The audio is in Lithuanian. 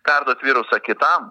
perduot virusą kitam